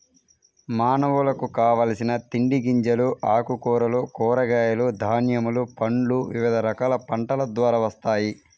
మానవులకు కావలసిన తిండి గింజలు, ఆకుకూరలు, కూరగాయలు, ధాన్యములు, పండ్లు వివిధ రకాల పంటల ద్వారా వస్తాయి